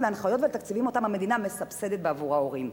להנחיות ולתקציבים שהמדינה מסבסדת בעבור ההורים.